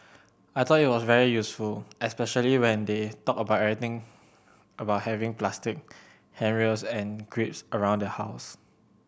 I thought it was very useful especially when they talked about everything about having plastic handrails and grips around the house